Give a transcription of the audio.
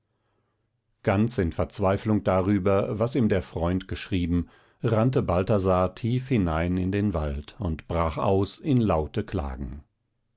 ganz in verzweiflung darüber was ihm der freund geschrieben rannte balthasar tief hinein in den wald und brach aus in laute klagen